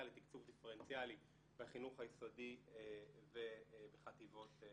לתקצוב דיפרנציאלי בחינוך היסודי ובחטיבות הביניים.